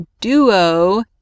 Duo